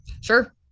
Sure